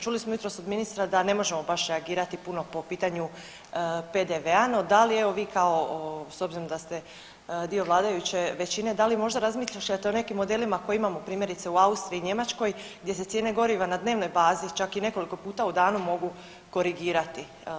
Čuli smo jutros od ministra da ne možemo baš reagirati puno po pitanju PDV-a no da li evo vi kao s obzirom da ste dio vladajuće većine da li možda razmišljate o nekim modelima koje imamo primjerice u Austriji i Njemačkoj gdje se cijene goriva na dnevnoj bazi čak i nekoliko puta u danu mogu korigirati.